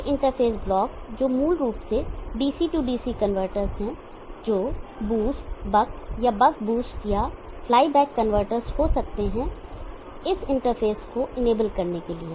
ये interface block जो मूल रूप से DC DC कन्वर्टर्स हैं जो बूस्ट बक या बक बूस्ट या फ्लाई बैक कन्वर्टर्स हो सकते हैं इस इंटरफ़ेस को इनेबल करने के लिए